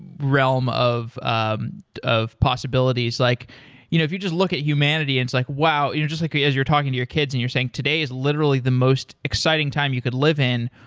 realm of um of possibilities, like you know if you just look at humanity and it's like, wow you know just like as you're talking to your kids and you're saying, today is literally the most exciting time you could live in.